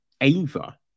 Ava